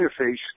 interface